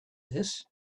this